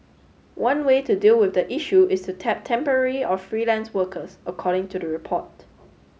one way to deal with the issue is to tap temporary or freelance workers according to the report